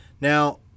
Now